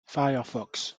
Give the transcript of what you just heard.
firefox